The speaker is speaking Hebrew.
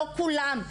לא כולם,